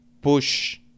push